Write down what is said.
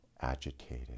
agitated